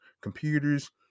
computers